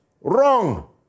wrong